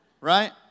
right